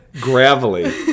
Gravelly